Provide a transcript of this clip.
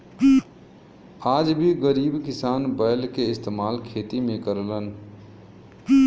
आज भी गरीब किसान बैल के इस्तेमाल खेती में करलन